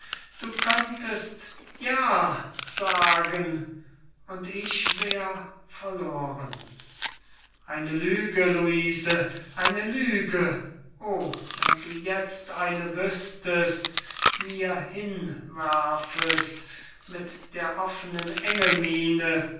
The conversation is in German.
du könntest ja sagen und ich wär verloren eine lüge luise ein lüge o wenn du jetzt eine wüßtest mir hinwärfest mit der offenen